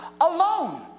alone